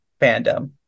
fandom